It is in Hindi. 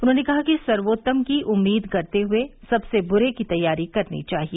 उन्होंने कहा कि सर्वोत्तम की उम्मीद करते हुए सबसे बूरे की तैयारी करनी चाहिए